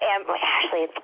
Ashley